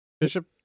Bishop